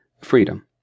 freedom